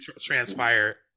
transpire